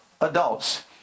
adults